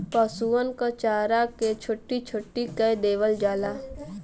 पसुअन क चारा के छोट्टी छोट्टी कै देवल जाला